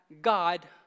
God